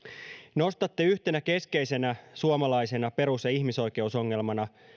nostatte yhtenä keskeisenä suomalaisena perus ja ihmisoikeusongelmana